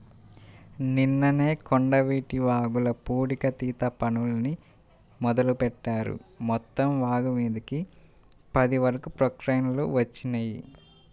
నిన్ననే కొండవీటి వాగుల పూడికతీత పనుల్ని మొదలుబెట్టారు, మొత్తం వాగుమీదకి పది వరకు ప్రొక్లైన్లు వచ్చినియ్యి